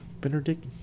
Benedict